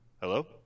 hello